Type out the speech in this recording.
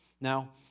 Now